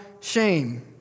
shame